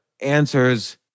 answers